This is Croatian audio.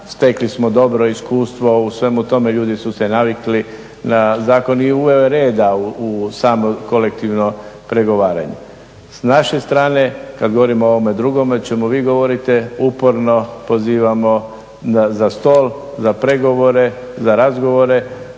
stekli smo dobro iskustvo u svemu tome, ljudi su se navikli na zakon i uveo je reda u samo kolektivno pregovaranje. S naše strane, kada govorimo o ovome drugome o čemu vi govorite uporno, pozivamo za stol, za pregovore, za razgovore